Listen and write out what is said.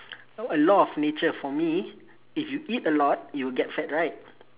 oh a law of nature for me if you eat a lot you will get fat right